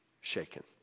shaken